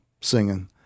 singing